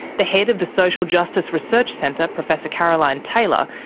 the head of the social justice research centre, professor caroline taylor,